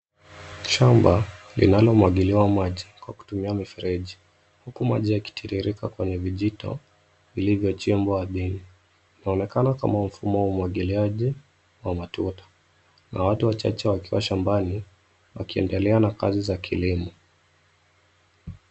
Shamba linalomwagiliwa maji kwa kutumia mifereji, huku maji yakitiririka kwenye vijito vilivyochimbwa ardhini. Kunaonekana kama mfumo wa umwagiliaji wa matuta na watu wachache wakiwa shambani wakiendelea na kazi za kilimo.